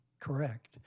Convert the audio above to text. correct